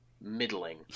middling